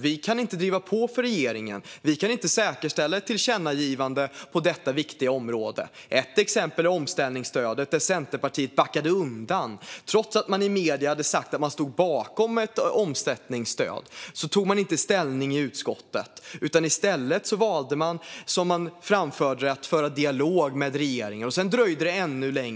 Vi kan inte driva på regeringen. Vi kan inte säkerställa ett tillkännagivande på detta viktiga område. Ett exempel på det här är omställningsstödet. Där backade Centerpartiet undan, trots att man i medierna sagt att man stod bakom ett omställningsstöd tog man inte ställning i utskottet. I stället valde man, som man sa, att föra dialog med regeringen. Därför dröjde